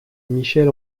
michel